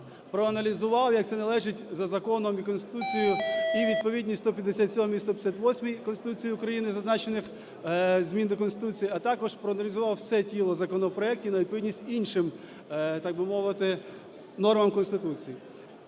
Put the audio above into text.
проаналізував, як це належить за законом і Конституцією, і відповідність 157 і 158 Конституції України зазначених змін до Конституції, а також проаналізував все тіло законопроектів на відповідність іншим, так би мовити, нормам Конституції.